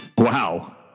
Wow